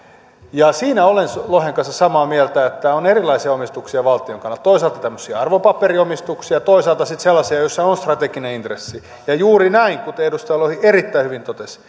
siinä olen lohen kanssa samaa mieltä että on erilaisia omistuksia valtion kannalta toisaalta tämmöisiä arvopaperiomistuksia ja toisaalta sitten sellaisia joissa on strateginen intressi ja juuri näin kuten edustaja lohi erittäin hyvin totesi